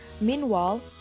Meanwhile